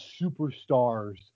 superstars